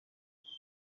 bamwe